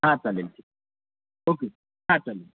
हां चालेल ठीक ओके हां चालेल